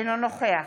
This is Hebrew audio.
אינו נוכח